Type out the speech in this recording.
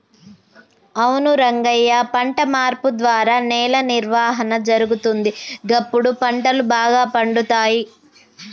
అవును రంగయ్య పంట మార్పు ద్వారా నేల నిర్వహణ జరుగుతుంది, గప్పుడు పంటలు బాగా పండుతాయి